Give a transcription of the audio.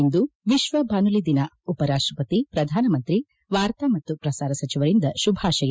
ಇಂದು ವಿಶ್ವ ಬಾನುಲಿ ದಿನ ಉಪರಾಪ್ಪಪತಿ ಪ್ರಧಾನಮಂತ್ರಿ ವಾರ್ತಾ ಮತ್ತು ಪ್ರಸಾರ ಸಚಿವರಿಂದ ಶುಭಾಶಯ